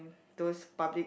those public